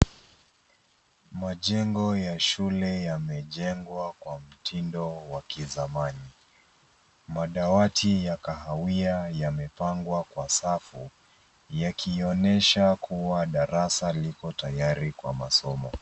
Majengo ya shule yamejengwa kwa mtindo wa kizamani. Madawati ya kahawia yamepangwa kwa safu yakionyesha kuwa darasa liko tayari kwa masomo.